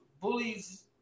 bullies